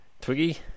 Twiggy